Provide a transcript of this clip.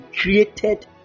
created